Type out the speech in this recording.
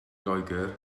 loegr